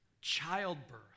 childbirth